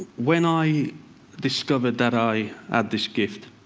when i discovered that i had this gift,